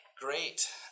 Great